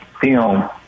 film